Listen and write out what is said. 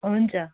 हुन्छ